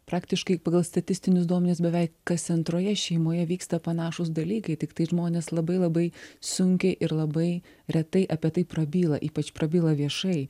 praktiškai pagal statistinius duomenis beveik kas antroje šeimoje vyksta panašūs dalykai tiktai žmonės labai labai sunkiai ir labai retai apie tai prabyla ypač prabyla viešai